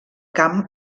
camp